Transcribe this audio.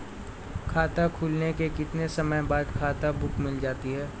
खाता खुलने के कितने समय बाद खाता बुक मिल जाती है?